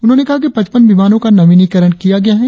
उन्होंने कहा कि पचपन विमानों का नवीनीकरण किया गया है